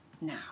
Now